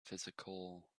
physical